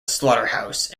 slaughterhouse